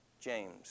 James